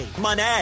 money